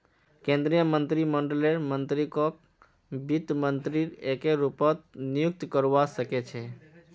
केन्द्रीय मन्त्रीमंडललेर मन्त्रीकक वित्त मन्त्री एके रूपत नियुक्त करवा सके छै